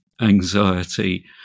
anxiety